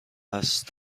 است